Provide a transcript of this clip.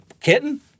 kitten